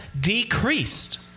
decreased